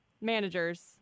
managers